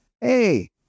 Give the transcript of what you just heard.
hey